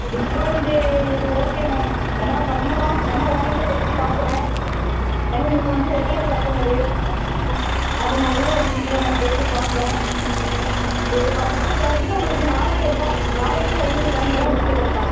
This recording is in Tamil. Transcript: டிஸ்கவுண்ட்டு ஓகே மேம் வேணுனா பண்ணலாம் வேணுனா ஓனர்ட்ட பேசி பாக்கிறேன் ஏன்னா நீங்கள் வந்து ரெகுலர் கஷ்டமரு அதனால ஓனர் கிட்டே கேட்டு பாக்கிறேன் கேட்டு பார்த்துட்டு கொறைச்சிட்டு உங்களுக்கு நாலாயிரருவா நாலாயிரத்தி ஐநூறு ஃபைனலாக முடிச்சிடுறேன் மேம்